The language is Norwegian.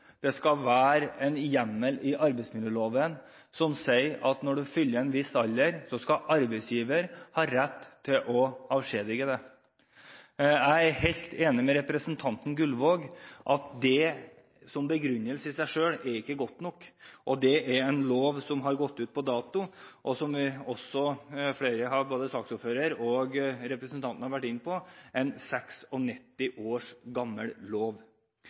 det skal være en hjemmel i arbeidsmiljøloven som sier at når du fyller en viss alder, skal arbeidsgiver ha rett til å avskjedige deg. Jeg er helt enig med representanten Gullvåg i at det i seg selv ikke er god nok begrunnelse. Det er en lov som har gått ut på dato – det er, som også flere her, både saksordfører og representanter, har vært inne på, en 96 år gammel lov.